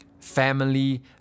family